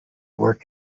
work